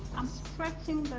i'm stretching